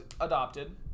adopted